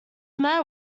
met